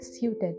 suited